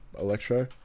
electro